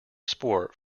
sport